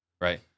right